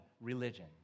religion